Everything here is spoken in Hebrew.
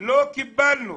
שלא קיבלנו.